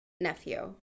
nephew